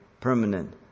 permanent